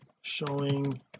showing